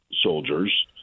soldiers